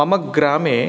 मम ग्रामे